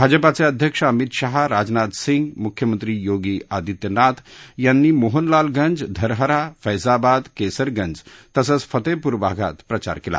भाजपाचे अध्यक्ष अमित शहा राजनाथ सिंग मुख्यमंत्री योगी आदित्यनाथ यांनी मोहनलालगंज धरहरा फैझाबाद केसरगंज तसंच फतेहपूर भागात प्रचार केला